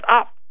up